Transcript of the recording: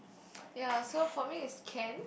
ya so for me is can